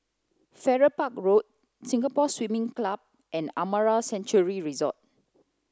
Farrer Park Road Singapore Swimming Club and Amara Sanctuary Resort